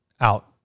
out